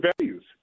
values